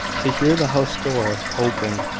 to hear the house door open,